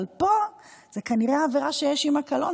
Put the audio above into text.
אבל פה זאת כנראה עבירה שיש עמה קלון,